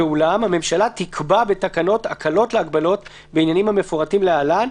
ואולם הממשלה תקבע בתקנות הקלות להגבלות בעניינים המפורטים להלן,